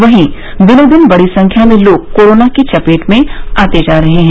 वहीं दिनों दिन बड़ी संख्या में लोग कोरोना की चपेट में आते जा रहे हैं